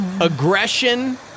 aggression